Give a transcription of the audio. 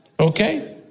Okay